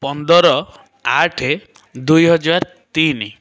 ପନ୍ଦର ଆଠ ଦୁଇହଜାର ତିନି